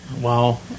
Wow